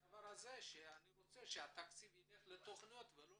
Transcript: שאני רוצה שהתקציב ילך לתכניות ולא